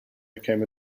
became